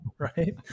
right